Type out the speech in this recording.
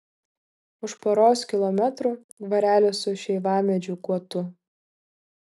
už poros kilometrų dvarelis su šeivamedžių guotu